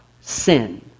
sin